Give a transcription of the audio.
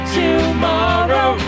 tomorrow